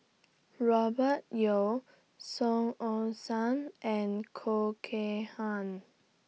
Robert Yeo Song Ong Siang and Khoo Kay Hian